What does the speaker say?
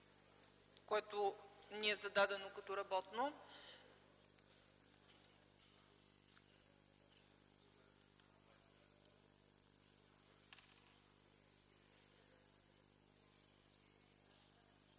което ни е зададено като работно.